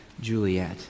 Juliet